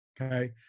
okay